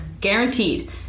guaranteed